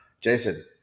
Jason